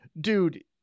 dude